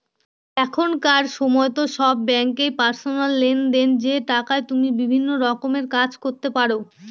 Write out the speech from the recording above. এখনকার সময়তো সব ব্যাঙ্কই পার্সোনাল লোন দেয় যে টাকায় তুমি বিভিন্ন রকমের কাজ করতে পারো